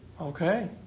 Okay